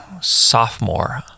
sophomore